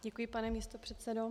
Děkuji, pane místopředsedo.